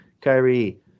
Kyrie